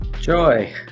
Joy